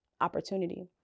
opportunity